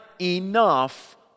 enough